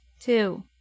Two